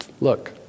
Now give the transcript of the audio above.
Look